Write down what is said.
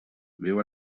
viu